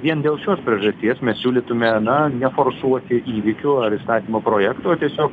vien dėl šios priežasties mes siūlytume na neforsuoti įvykių ar įstatymo projekto tiesiog